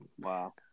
Wow